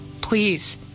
Please